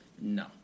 No